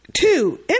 Two